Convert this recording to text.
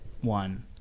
one